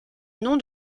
nom